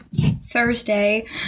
Thursday